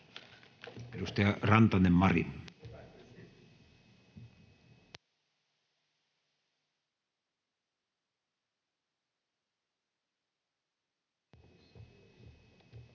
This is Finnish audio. Edustaja Rantanen, Mari.